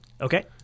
Okay